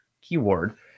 keyword